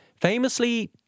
famously